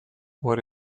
what